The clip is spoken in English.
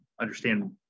understand